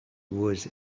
was